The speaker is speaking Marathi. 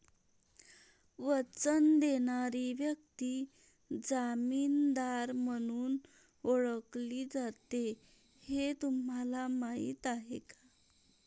वचन देणारी व्यक्ती जामीनदार म्हणून ओळखली जाते हे तुम्हाला माहीत आहे का?